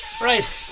Right